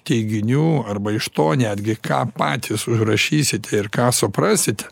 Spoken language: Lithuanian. teiginių arba iš to netgi ką patys užrašysite ir ką suprasite